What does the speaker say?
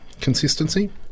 consistency